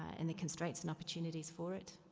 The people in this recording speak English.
and the constraints and opportunities for it.